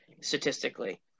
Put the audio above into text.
statistically